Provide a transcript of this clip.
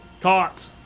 caught